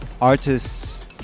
artists